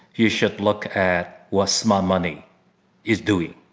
you should look at what's my money is doing.